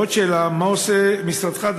ועוד שאלה: מה עושה משרדך,